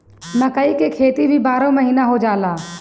मकई के खेती भी बारहो महिना हो जाला